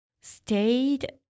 stayed